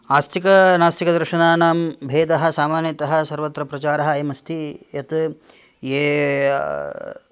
आस्तिकनास्तिकदर्शनानां भेदः सामान्यतः सर्वत्र प्रचारः अयम् अस्ति यत् ये